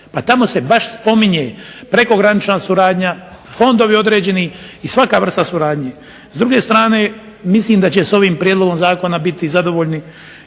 tamo se baš spominje prekogranična suradnja, fondovi određeni i svaka suradnja. S druge strane mislim da će s ovim prijedlogom zakona biti zadovoljni